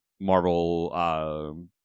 Marvel